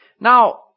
Now